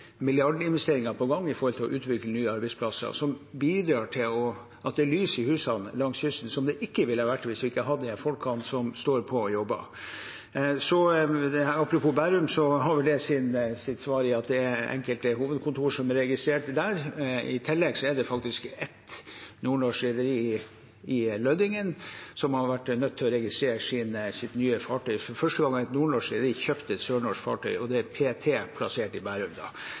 milliardinvesteringer på gang for å utvikle nye arbeidsplasser, som bidrar til at det er lys i husene langs kysten, som det ikke ville ha vært hvis vi ikke hadde hatt disse folkene som står på og jobber. Apropos Bærum har vel det sitt svar i at det er enkelte hovedkontor som er registrert der. I tillegg er det et nordnorsk rederi i Lødingen som har vært nødt til å registrere sitt nye fartøy der – for første gang har et nordnorsk rederi kjøpt et sørnorsk fartøy, og det er p.t. plassert i